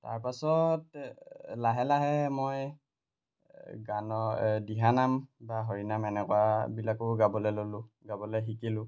তাৰপাছত লাহে লাহে মই গানৰ দিহানাম বা হৰিনাম এনেকুৱাবিলাকো গাবলৈ ল'লোঁ গাবলৈ শিকিলোঁ